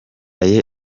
mbere